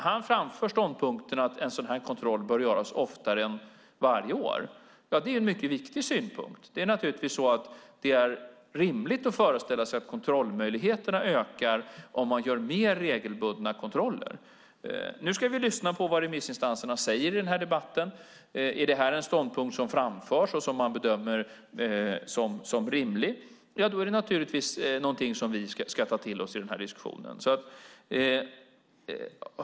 Han framför ståndpunkten att en sådan här kontroll bör göras oftare än varje år. Det är en mycket viktig synpunkt. Det är naturligtvis rimligt att föreställa sig att kontrollmöjligheterna ökar om man gör mer regelbundna kontroller. Nu ska vi lyssna på vad remissinstanserna säger i denna debatt. Är detta en ståndpunkt som framförs och som man bedömer som rimlig är det naturligtvis någonting som vi ska ta till oss i denna diskussion.